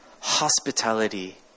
hospitality